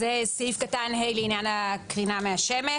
סעיף קטן (ה) לעניין הקרינה מהשמש.